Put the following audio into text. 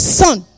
son